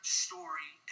story